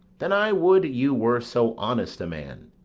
then i would you were so honest a man.